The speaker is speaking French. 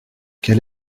quel